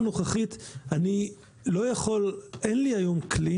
אני לא יכול, אין לי היום כלי